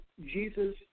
Jesus